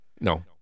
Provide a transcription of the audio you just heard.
No